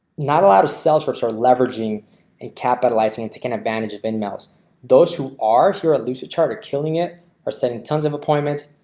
not a lot of sales reps are leveraging and capitalizing and taken advantage of in males those who are here at least two charter killing it or sending tons of appointments.